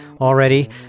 already